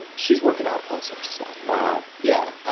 and she's working out all sorts of stuff. wow. yeah,